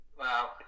wow